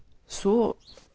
so